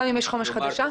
גם אם יש תוכנית חומש חדשה?